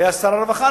היה שר הרווחה.